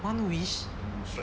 one wish